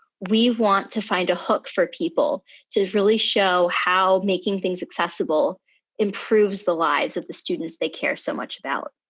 we want to find a hook for people to really show how making things accessible improves the lives of the students they care so much about.